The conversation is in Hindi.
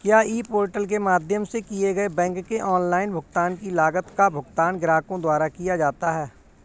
क्या ई पोर्टल के माध्यम से किए गए बैंक के ऑनलाइन भुगतान की लागत का भुगतान ग्राहकों द्वारा किया जाता है?